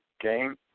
game